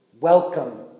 welcome